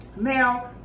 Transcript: now